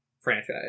franchise